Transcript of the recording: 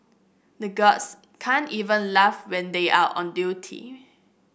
the guards can't even laugh when they are on duty